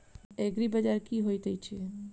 एग्रीबाजार की होइत अछि?